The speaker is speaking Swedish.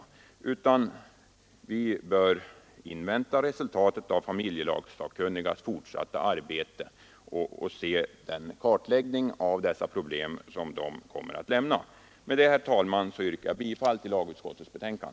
I stället bör vi invänta resultaten av familjelagssakkunnigas fortsatta arbete och se den kartläggning av dessa problem som de kommer att göra. Med dessa ord, herr talman, yrkar jag bifall till lagutskottets hemställan.